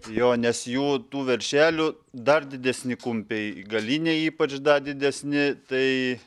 jo nes jų tų veršelių dar didesni kumpiai galiniai ypač dar didesni tai